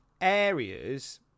Areas